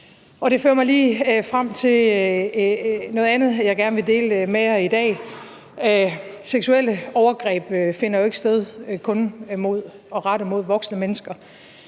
Det fører mig frem til noget andet, jeg gerne vil dele med jer her i dag. Seksuelle overgreb er jo ikke kun rettet mod voksne mennesker,